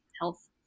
health